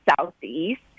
southeast